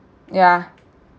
yeah